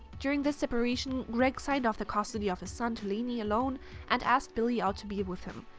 during this separation, greg signed off the custody of his son to lainey alone and asked billie out to be with him.